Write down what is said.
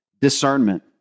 discernment